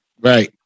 Right